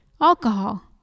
Alcohol